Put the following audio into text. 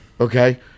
Okay